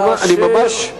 אני ממש,